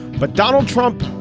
but donald trump,